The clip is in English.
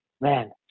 Man